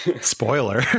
spoiler